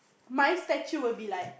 my statue will be like